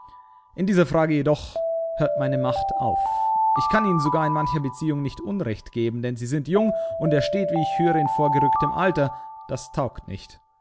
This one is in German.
in dieser frage jedoch hört meine macht auf ich kann ihnen sogar in mancher beziehung nicht unrecht geben denn sie sind jung und er steht wie ich höre in vorgerücktem alter das taugt nicht